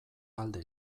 alde